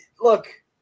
look